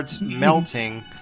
melting